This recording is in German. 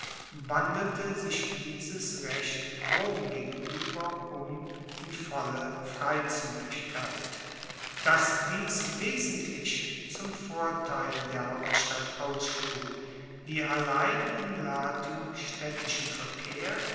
wandelte sich dieses recht rom gegenueber um in volle freizuegigkeit dass dies wesentlich zum vorteil der hauptstadt ausschlug die allein in latium staedtischen verkehr